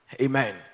Amen